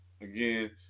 again